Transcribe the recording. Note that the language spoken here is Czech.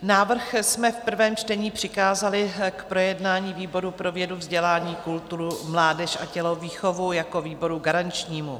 Návrh jsme v prvém čtení přikázali k projednání výboru pro vědu, vzdělání, kulturu, mládež a tělovýchovu jako výboru garančnímu.